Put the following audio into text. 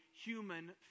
human